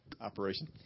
operation